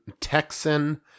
Texan